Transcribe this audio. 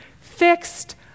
fixed